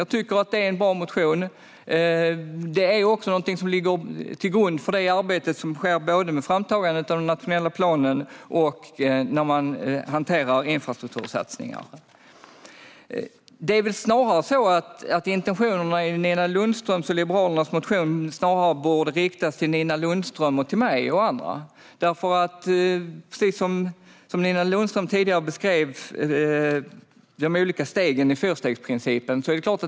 Jag tycker att det är en bra motion, och det är också någonting som ligger till grund för det arbete som sker med framtagandet av den nationella planen och arbetet med att hantera infrastruktursatsningar. Intentionerna i Nina Lundströms och Liberalernas motion borde snarare riktas till Nina Lundström, mig och andra. Nina Lundström beskrev tidigare de olika stegen i fyrstegsprincipen.